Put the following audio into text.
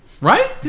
Right